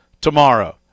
tomorrow